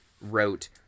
wrote